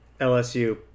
LSU